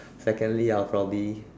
secondly I'll probably